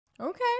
Okay